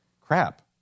crap